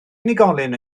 unigolyn